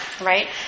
right